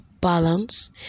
balance